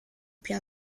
più